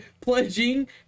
Pledging